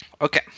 Okay